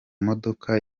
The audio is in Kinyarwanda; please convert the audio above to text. modoka